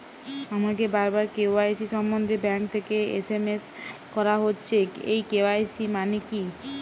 আমাকে বারবার কে.ওয়াই.সি সম্বন্ধে ব্যাংক থেকে এস.এম.এস করা হচ্ছে এই কে.ওয়াই.সি মানে কী?